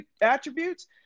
attributes